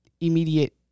immediate